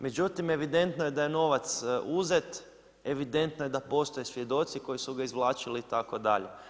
Međutim, evidentno je da je novac uzet, evidentno je da postoje svjedoci koji su ga izvlačili itd.